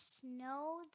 snow